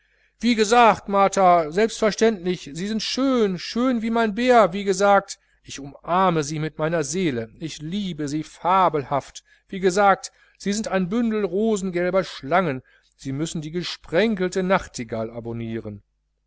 wie gesagt martha selbstverständlich sie sind schön schön wie mein bär wie gesagt ich umarme sie mit meiner seele ich liebe sie fabelhaft wie gesagt sie sind wie ein bündel rosengelber schlangen sie müssen die gesprenkelte nachtigall abonnieren